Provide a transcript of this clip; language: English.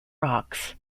rocks